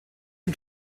und